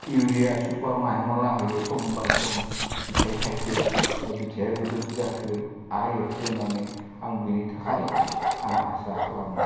urea सुफार माइमाला होयो सम बाय सम बिथाइ थाइथों बा बिथाइया गोबोद जाथों आयेथो होननानै आं बिनि थाखाय आं आसा खालामो